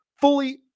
fully